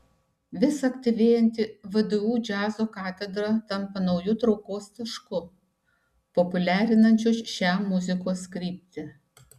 vis aktyvėjanti vdu džiazo katedra tampa nauju traukos tašku populiarinančiu šią muzikos kryptį